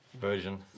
Version